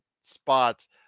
spots